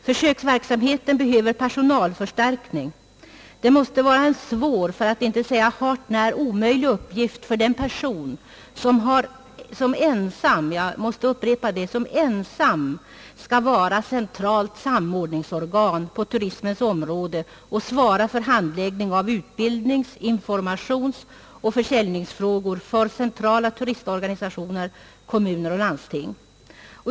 Försöksverksamheten behöver personalförstärkning. Det måste vara en svår, för att inte säga hart när omöjlig, uppgift för den person som ensam — jag måste upprepa ordet ensam — skall tjänstgöra som centralt samordningsorgan på turismens område och svara för handläggningen av utbildnings-, informationsoch försäljningsfrågor för centrala turistorganisationer, kommuner och landsting.